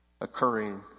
occurring